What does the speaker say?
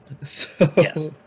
Yes